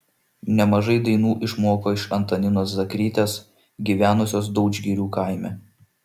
nemažai dainų išmoko iš antaninos zakrytės gyvenusios daudžgirių kaime